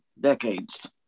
decades